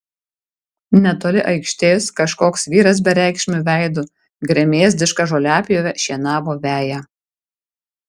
netoli aikštės kažkoks vyras bereikšmiu veidu gremėzdiška žoliapjove šienavo veją